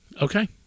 okay